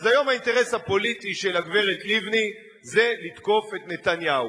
אז היום האינטרס הפוליטי של הגברת לבני זה לתקוף את נתניהו.